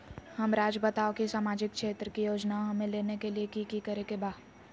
हमराज़ बताओ कि सामाजिक क्षेत्र की योजनाएं हमें लेने के लिए कि कि करे के बा?